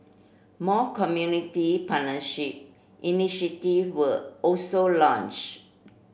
more community partnership initiative were also launched